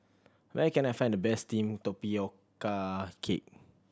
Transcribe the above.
where can I find the best steamed tapioca cake